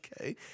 Okay